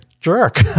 jerk